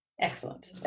excellent